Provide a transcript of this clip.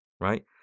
right